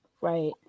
Right